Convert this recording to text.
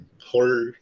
horror